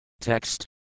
Text